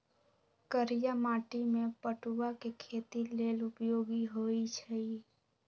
करिया माटि में पटूआ के खेती लेल उपयोगी होइ छइ